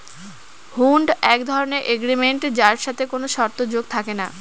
হুন্ড এক ধরনের এগ্রিমেন্ট যার সাথে কোনো শর্ত যোগ থাকে না